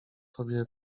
tobie